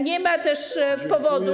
Nie ma też powodu.